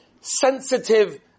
sensitive